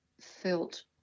felt